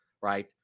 right